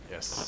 Yes